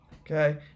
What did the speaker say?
Okay